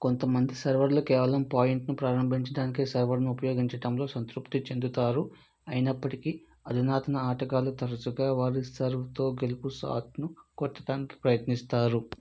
కొంతమంది సర్వర్లు కేవలం పాయింట్ ను ప్రారంభించడానికే సర్వర్ను ఉపయోగించటంలో సంతృప్తి చెందుతారు అయినప్పటికీ అధునాతన ఆటగాళ్ళు తరచుగా వారి సర్వ్ తో గెలుపు షాట్ ను కొట్టడానికి ప్రయత్నిస్తారు